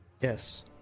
Yes